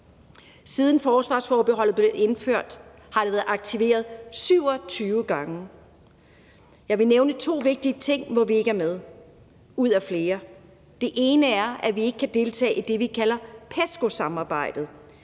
Siden forsvarsforbeholdet blev indført, har det været aktiveret 27 gange, og jeg vil nævne to vigtige ting ud af flere, hvor vi ikke er med. Det ene er, at vi ikke kan deltage i det, som man kalder PESCO-samarbejdet,